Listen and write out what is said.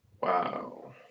Wow